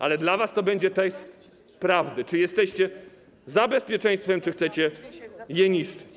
Ale dla was to będzie test prawdy, czy jesteście za bezpieczeństwem, czy też chcecie je niszczyć.